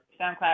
SoundCloud